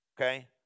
Okay